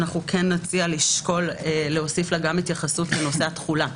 נציע לשקול להוסיף לה גם התייחסות לנושא התחולה.